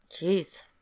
Jeez